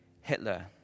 Hitler